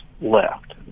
left